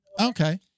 Okay